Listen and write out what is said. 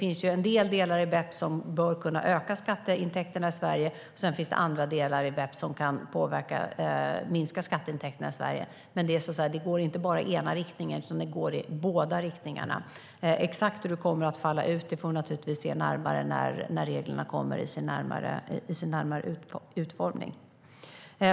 En del delar i BEPS bör kunna öka skatteintäkterna i Sverige. Sedan finns det andra delar som kan minska skatteintäkterna i Sverige. Det går inte bara i ena riktningen, utan det går i båda riktningarna. Exakt hur det kommer att falla ut får vi se närmare när reglernas utformning är klar.